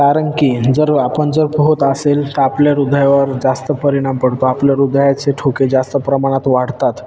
कारण की जर आपण जर पोहत असेल तर आपल्या हृदयावर जास्त परिणाम पडतो आपल्या हृदयाचे ठोके जास्त प्रमाणात वाढतात